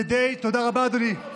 כדי, מחר בבוקר.